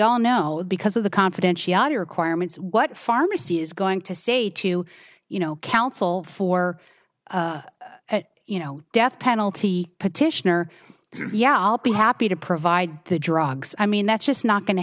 all know because of the confidentiality requirements what pharmacy is going to say to you you know counsel for you know death penalty petitioner yeah i'll be happy to provide the drugs i mean that's just not going to